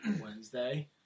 Wednesday